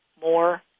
more